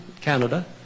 Canada